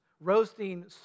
roasting